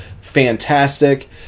fantastic